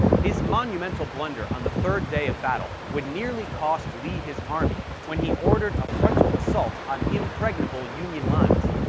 his monumental blunder on the third day of battle would nearly cost lee his army when he ordered a frontal assault on impregnable union lines.